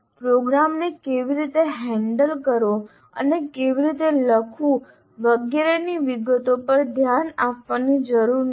પ્રોગ્રામને કેવી રીતે હેન્ડલ કરવો અને કેવી રીતે લખવું વગેરેની વિગતો પર ધ્યાન આપવાની જરૂર નથી